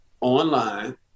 online